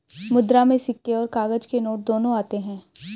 मुद्रा में सिक्के और काग़ज़ के नोट दोनों आते हैं